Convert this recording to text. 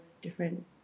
different